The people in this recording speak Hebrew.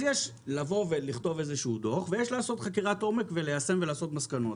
אז יש לבוא ולכתוב איזשהו דוח ויש לעשות חקירת עומק וליישם את המסקנות.